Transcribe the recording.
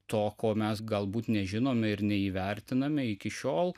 to ko mes galbūt nežinome ir neįvertiname iki šiol